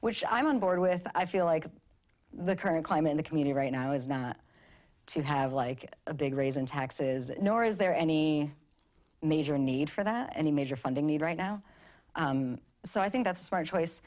which i'm on board with i feel like the current climate in the community right now is not to have like a big raise in taxes nor is there any major need for that any major funding need right now so i think that's our choice